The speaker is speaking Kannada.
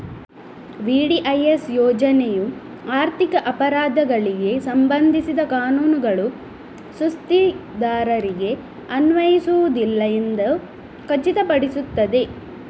ವಿ.ಡಿ.ಐ.ಎಸ್ ಯೋಜನೆಯು ಆರ್ಥಿಕ ಅಪರಾಧಗಳಿಗೆ ಸಂಬಂಧಿಸಿದ ಕಾನೂನುಗಳು ಸುಸ್ತಿದಾರರಿಗೆ ಅನ್ವಯಿಸುವುದಿಲ್ಲ ಎಂದು ಖಚಿತಪಡಿಸುತ್ತದೆ